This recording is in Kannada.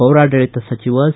ಪೌರಾಡಳಿತ ಸಚಿವ ಸಿ